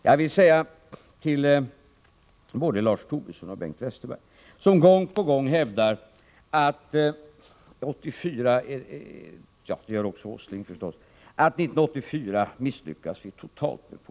Jag vill säga till både Lars Tobisson och Bengt Westerberg, som gång på gång hävdar — liksom Nils Åsling — att vi misslyckades totalt med politiken 1984.